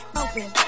open